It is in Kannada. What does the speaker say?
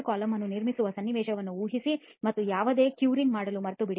ಕಾಲಮ್ ಅನ್ನು ನಿರ್ಮಿಸುವ ಸನ್ನಿವೇಶವನ್ನು ಊಹಿಸಿ ಮತ್ತು ಯಾವುದೇ ಕ್ಯೂರಿಂಗ್ ಮಾಡಲು ಮರೆತುಬಿಡಿ